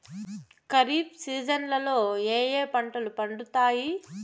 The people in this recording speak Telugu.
ఖరీఫ్ సీజన్లలో ఏ ఏ పంటలు పండుతాయి